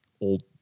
old